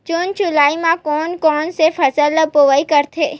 जून जुलाई म कोन कौन से फसल ल बोआई करथे?